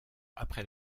après